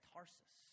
Tarsus